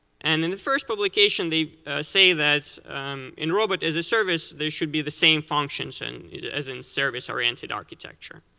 and in the first publication they say um in robot as a service there should be the same functions and yeah as in service oriented architecture,